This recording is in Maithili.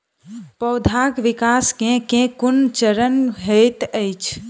पौधाक विकास केँ केँ कुन चरण हएत अछि?